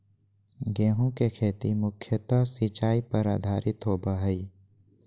गेहूँ के खेती मुख्यत सिंचाई पर आधारित होबा हइ